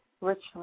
richly